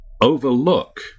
overlook